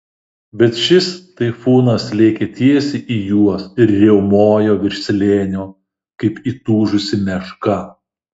bet šis taifūnas lėkė tiesiai į juos ir riaumojo virš slėnio kaip įtūžusi meška